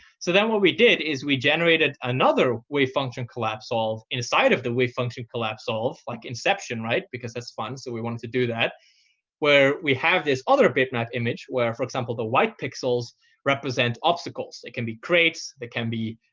so then what we did is we generated another wavefunctioncollapse solve inside of the wavefunctioncollapse solve like inception, right, because it's fun. so we wanted to do that where we have this other bitmap image where, for example, the white pixels represent obstacles. they can be crates. they can be,